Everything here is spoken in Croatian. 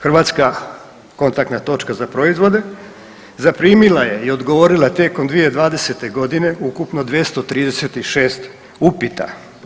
Hrvatska kontaktna točka za proizvoda zaprimila je i odgovorila tijekom 2020. ukupno 236 upita.